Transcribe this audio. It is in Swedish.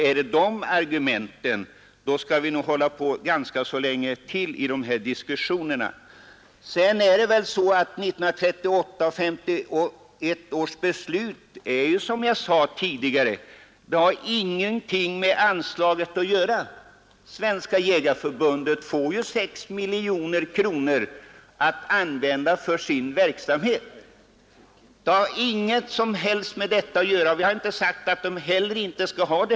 Med de argumenten får vi nog hålla på med de här diskussionerna ganska länge. 1938 och 1951 års riksdagsbeslut har, som jag sade tidigare, ingenting med anslaget att göra — Svenska jägareförbundet får ju 6 miljoner kronor att använda för sin verksamhet. Vi har heller inte påstått att förbundet inte skall få fortsätta med uppdraget att utöva ledning av jaktvårdsarbetet i landet.